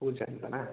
ಪೂಜ ಅಂತನಾ